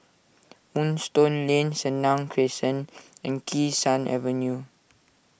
Moonstone Lane Senang Crescent and Kee Sun Avenue